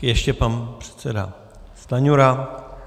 Ještě pan předseda Stanjura.